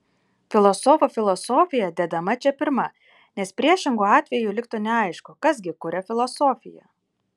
filosofų filosofija dedama čia pirma nes priešingu atveju liktų neaišku kas gi kuria filosofiją